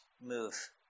move